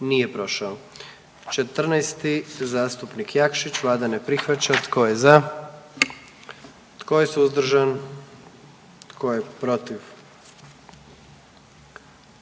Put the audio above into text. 44. Kluba zastupnika SDP-a, vlada ne prihvaća. Tko je za? Tko je suzdržan? Tko je protiv?